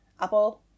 Apple